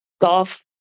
golf